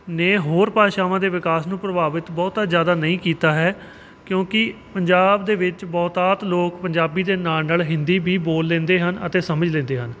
ਨੇ ਹੋਰ ਭਾਸ਼ਾਵਾਂ ਦੇ ਵਿਕਾਸ ਨੂੰ ਪ੍ਰਭਾਵਿਤ ਬਹੁਤਾ ਜ਼ਿਆਦਾ ਨਹੀਂ ਕੀਤਾ ਹੈ ਕਿਉਂਕਿ ਪੰਜਾਬ ਦੇ ਵਿੱਚ ਬਹੁਤਾਤ ਲੋਕ ਪੰਜਾਬੀ ਦੇ ਨਾਲ ਨਾਲ ਹਿੰਦੀ ਵੀ ਬੋਲ ਲੈਂਦੇ ਹਨ ਅਤੇ ਸਮਝ ਲੈਂਦੇ ਹਨ